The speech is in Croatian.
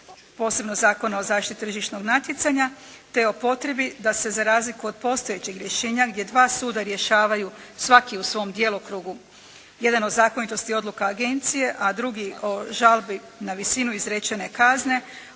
posebno Zakona o zaštiti tržišnog natjecanja te o potrebi da se za razliku od postojećeg rješenja gdje dva suda rješavaju svaki u svom djelokrugu jedan od zakonitosti odluka agencije, a drugi o žalbi na visinu izračene kazne